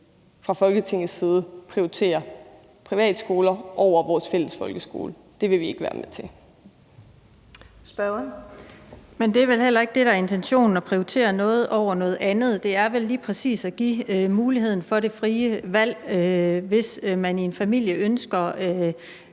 fra Folketingets side prioriterer privatskoler over vores fælles folkeskole. Det vil vi ikke være med til. Kl. 16:02 Den fg. formand (Birgitte Vind): Spørgeren. Kl. 16:02 Lise Bertelsen (KF): Men det er vel heller ikke det, der er intentionen – at prioritere noget over noget andet. Det er vel lige præcis at give muligheden for det frie valg, hvis man i en familie ønsker,